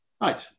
Right